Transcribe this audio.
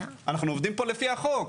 אנחנו עובדים פה לפי החוק.